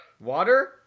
Water